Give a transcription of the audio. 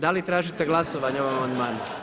Da li tražite glasovanje o ovom amandmanu?